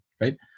Right